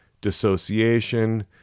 dissociation